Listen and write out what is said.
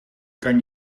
kan